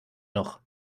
noch